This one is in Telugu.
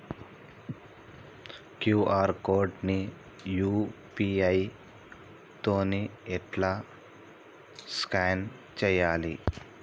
క్యూ.ఆర్ కోడ్ ని యూ.పీ.ఐ తోని ఎట్లా స్కాన్ చేయాలి?